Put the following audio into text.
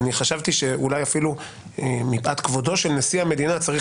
חשבתי שאולי אפילו מפאת כבודו של נשיא המדינה היה צריך